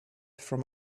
from